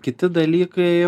kiti dalykai